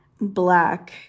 Black